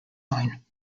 line